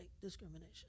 discrimination